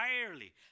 entirely